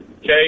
Okay